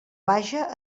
vaja